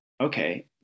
okay